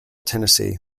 tennessee